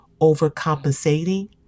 overcompensating